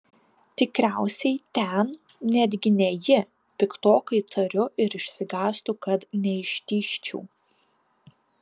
tikriausiai ten netgi ne ji piktokai tariu ir išsigąstu kad neištižčiau